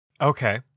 okay